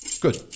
Good